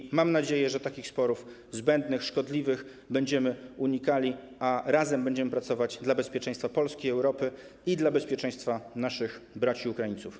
I mam nadzieję, że takich zbędnych, szkodliwych sporów będziemy unikali, a razem będziemy pracować dla bezpieczeństwa Polski, Europy i dla bezpieczeństwa naszych braci Ukraińców.